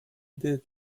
did